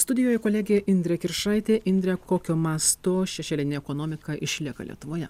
studijoje kolegė indrė kiršaitė indre kokio masto šešėlinė ekonomika išlieka lietuvoje